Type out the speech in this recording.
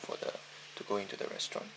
for the to go into the restaurant